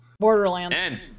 Borderlands